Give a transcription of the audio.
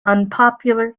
unpopular